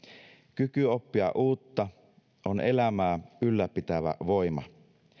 kyky oppia uutta on elämää ylläpitävä voima